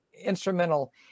instrumental